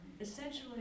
essentially